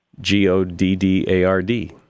G-O-D-D-A-R-D